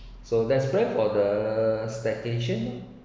so let’s plan for the staycation